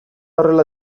horrela